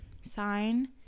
sign